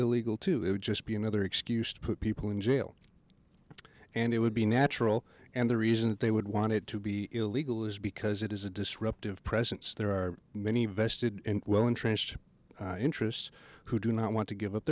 would just be another excuse to put people in jail and it would be natural and the reason they would want it to be illegal is because it is a disruptive presence there are many vested well entrenched interests who do not want to give up